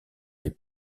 les